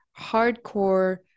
hardcore